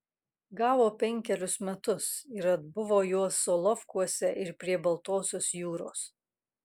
gavo penkerius metus ir atbuvo juos solovkuose ir prie baltosios jūros